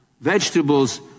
vegetables